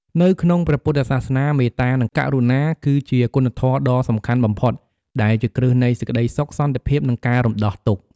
នៅក្នុងព្រះពុទ្ធសាសនា មេត្តា និង ករុណា គឺជាគុណធម៌ដ៏សំខាន់បំផុត ដែលជាគ្រឹះនៃសេចក្ដីសុខ សន្តិភាព និងការរំដោះទុក្ខ។